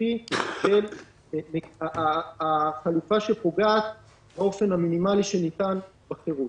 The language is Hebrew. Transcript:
החוקתי של החלופה שפוגעת באופן המינימלי שניתן בחירות.